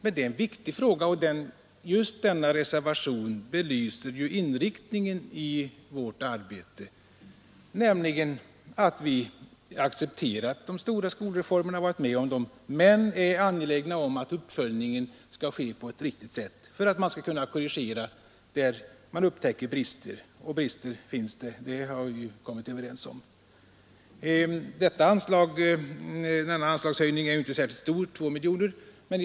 Men det är en viktig fråga, och just denna reservation belyser ju inriktningen i vårt arbete. Vi har accepterat de stora skolreformerna men är angelägna om att uppföljningen skall ske på ett riktigt sätt för att man skall kunna korrigera när man upptäcker brister. Och brister finns — det har vi kommit överens om. Denna anslagshöjning på 2 miljoner är inte särskilt stor men ändock riktig.